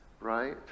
right